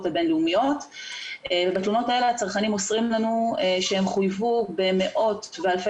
הבין לאומיות ובתלונות האלה הצרכנים מוסרים לנו שהם חויבו במאות ואלפי